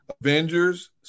Avengers